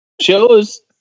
shows